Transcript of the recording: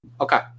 Okay